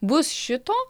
bus šito